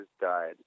died